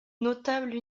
notables